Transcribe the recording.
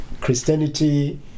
Christianity